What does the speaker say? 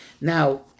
Now